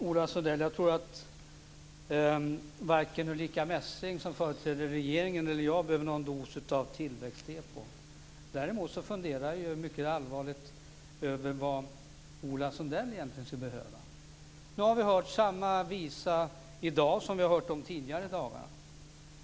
Fru talman! Varken Ulrica Messing, som företräder regeringen, eller jag behöver en dos av tillväxt EPO. Däremot funderar jag mycket allvarligt över vad Ola Sundell egentligen skulle behöva. Jag har hört samma visa i dag som jag har hört vid tidigare tillfällen.